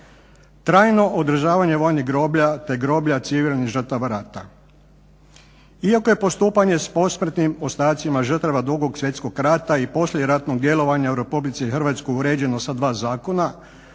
trajno održavanje vojnih groblja te groblja civilnih žrtava rata. Iako je postupanje s posmrtnim ostacima žrtava 2. svjetskog rata i poslijeratnog djelovanja u RH uređeno sa dva zakona